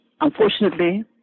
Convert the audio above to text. unfortunately